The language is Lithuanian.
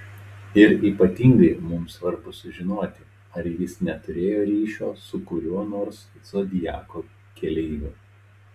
ir ypatingai mums svarbu sužinoti ar jis neturėjo ryšio su kuriuo nors zodiako keleiviu